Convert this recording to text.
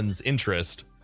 interest